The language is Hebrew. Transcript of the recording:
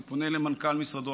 אני פונה למנכ"ל משרדו,